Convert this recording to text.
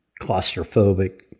claustrophobic